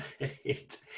right